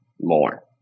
more